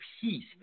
peace